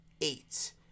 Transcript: eight